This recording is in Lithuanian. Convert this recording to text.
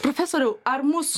profesoriau ar mus